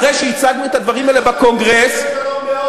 אחרי שהצגנו את הדברים האלה בקונגרס האמריקני,